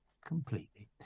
completely